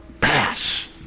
pass